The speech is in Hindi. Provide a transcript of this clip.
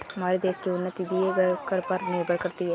हमारे देश की उन्नति दिए गए कर पर निर्भर करती है